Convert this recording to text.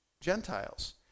Gentiles